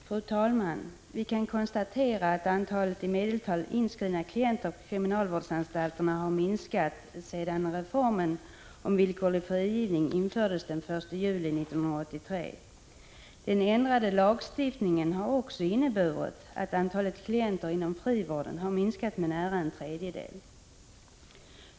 Fru talman! Vi kan konstatera att antalet inskrivna på kriminalvårdsanstalterna i medeltal har minskat sedan reformen med villkorlig frigivning genomfördes den 1 juli 1983. Den ändrade lagstiftningen har också inneburit att antalet klienter inom frivården har minskat med nära en tredjedel.